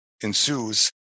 ensues